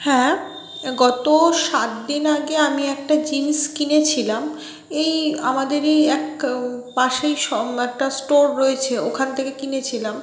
হ্যাঁ গত সাত দিন আগে আমি একটা জিন্স কিনেছিলাম এই আমাদেরই এক পাশেই একটা স্টোর রয়েছে ওখান থেকে কিনেছিলাম